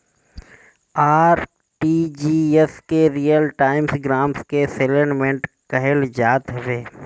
RTGS के real time gross settlement कहल जात हवे